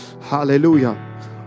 Hallelujah